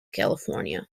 california